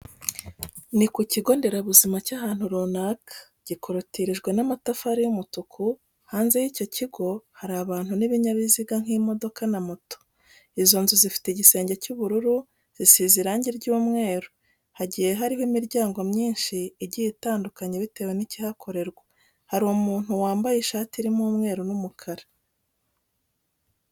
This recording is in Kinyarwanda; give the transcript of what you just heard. Ni ku kigo nderabuzima cy'ahantu runaka, gikorotirijwe n'amatafari y'umutuku, hanze y'icyo kigo hari abantu n'ibinyabiziga nk'imodoka na moto, izo nzu zifite igisenge cy'ubururu, zisize irange ry'umweru, hagiye harimo imiryango myinshi igiye itandukanye bitewe n'ikihakorerwa, hari umuntu wambaye ishati irimo umweru n'umukara.